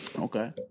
Okay